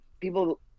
people